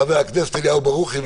חבר הכנסת אליהו ברוכי,